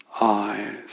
eyes